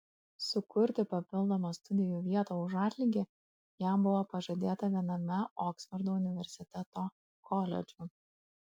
sukurti papildomą studijų vietą už atlygį jam buvo pažadėta viename oksfordo universiteto koledžų